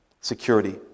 Security